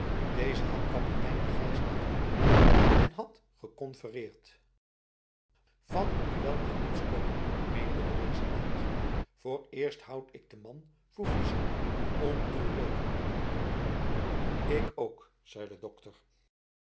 deze had kapitein de grijs laten roepen en men had geconfereerd'l van n duel mag niets komen meende de resident vooreerst houd ik de man voor fysiek ontoerekenbaar ik ook zei de dokter